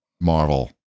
Marvel